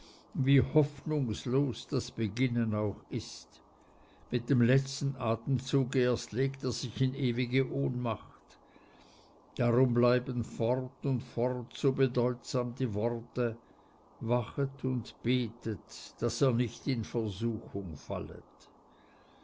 wie hoffnungslos das beginnen auch ist mit dem letzten atemzuge erst legt er sich in ewige ohnmacht darum bleiben fort und fort so bedeutsam die worte wachet und betet daß ihr nicht in versuchung fallet